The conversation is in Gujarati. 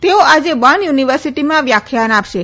તેઓ આજે બર્ન યુનિવર્સિટીમાં વ્યાખ્યાન આપશે